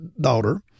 daughter